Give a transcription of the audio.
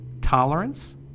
tolerance